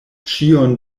ĉion